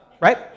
Right